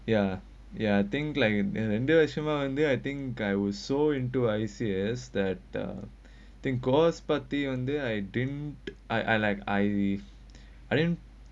ya ya I think like ரெண்டு வருஷமா:rendu varshammaa then I think I was so into isis that uh think course party until I think I I like I I didn't